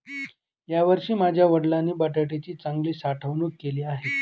यावर्षी माझ्या वडिलांनी बटाट्याची चांगली साठवणूक केली आहे